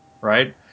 right